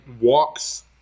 Walks